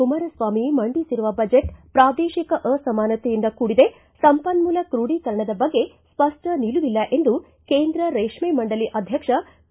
ಕುಮಾರಸ್ವಾಮಿ ಮಂಡಿಸಿರುವ ಬಜೆಟ್ ಪ್ರಾದೇಶಿಕ ಅಸಮಾನತೆಯಿಂದ ಕೂಡಿದೆ ಸಂಪನ್ಮೂಲ ಕ್ರೋಢೀಕರಣದ ಬಗ್ಗೆ ಸ್ವಷ್ಟ ನಿಲುವಿಲ್ಲ ಎಂದು ಕೇಂದ್ರ ರೇಷ್ಮ ಮಂಡಲಿ ಅಧ್ಯಕ್ಷ ಕೆ